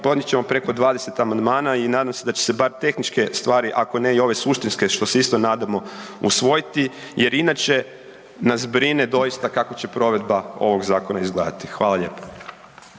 podnijet ćemo preko 20 amandmana i nadam se da će se bar tehničke stvari, ako ne i ove suštinske što se isto nadamo usvojiti jer inače nas brine doista kako će provedba ovog zakona izgledati. Hvala lijepo.